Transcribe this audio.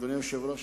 אדוני היושב-ראש,